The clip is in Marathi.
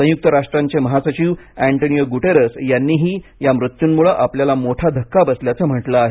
संयुक्त राष्ट्रांचे महासचिव अँटोनिओ गुटेरस यांनीही या मृत्युमुळे आपल्याला मोठा धक्का बसल्याचं म्हटलं आहे